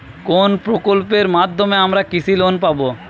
কোন প্রকল্পের মাধ্যমে আমরা কৃষি লোন পাবো?